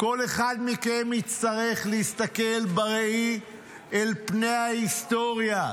כל אחד מכם יצטרך להסתכל בראי אל פני ההיסטוריה,